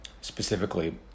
specifically